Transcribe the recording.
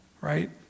right